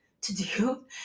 to-do